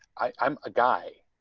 i'm a guy.